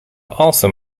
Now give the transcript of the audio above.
also